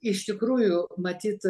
iš tikrųjų matyt